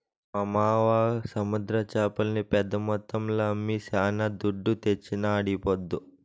మా మావ సముద్ర చేపల్ని పెద్ద మొత్తంలో అమ్మి శానా దుడ్డు తెచ్చినాడీపొద్దు